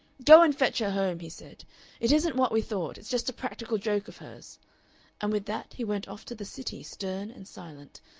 go and fetch her home he said it isn't what we thought! it's just a practical joke of hers and with that he went off to the city, stern and silent,